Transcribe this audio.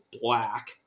black